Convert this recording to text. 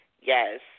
Yes